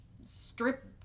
strip